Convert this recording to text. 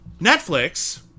Netflix